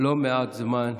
מעט זמן,